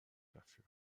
dafür